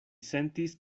sentis